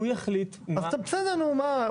אז בסדר, נו מה?